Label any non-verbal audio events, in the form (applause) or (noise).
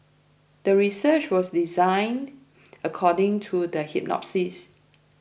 the research was designed according to the (unintelligible)